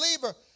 believer